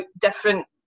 different